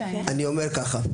אני אומר ככה,